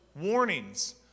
warnings